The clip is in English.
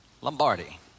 Lombardi